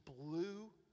blue